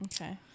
okay